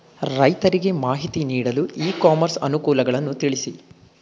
ರೈತರಿಗೆ ಮಾಹಿತಿ ನೀಡಲು ಇ ಕಾಮರ್ಸ್ ಅನುಕೂಲಗಳನ್ನು ತಿಳಿಸಿ?